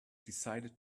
decided